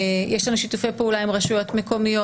יש לנו שיתופי פעולה עם רשויות מקומיות